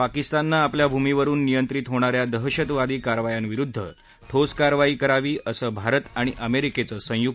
पाकिस्तानने आपल्या भूमीवरुन नियंत्रित होणाऱ्या दहशतवादी कारवायांविरुद्ध ठोस कारवाई करावी असं भारत आणि अमेरिकेचं संयुक